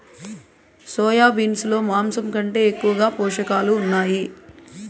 soya beans లో మాంసం కంటే ఎక్కువగా పోషకాలు ఉన్నాయి